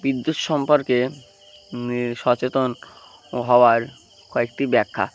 বিদ্যুৎ সম্পর্কে সচেতন হওয়ার কয়েকটি ব্যাখ্যা